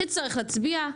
נצטרך להצביע,